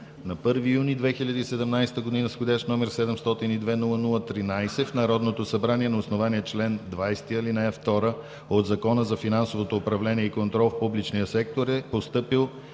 На 1 юни 2017 г. с вх. № 702-00-13 в Народното събрание на основание чл. 20, ал. 2 от Закона за финансовото управление контрол в публичния сектор е постъпил